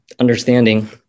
understanding